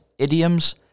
idioms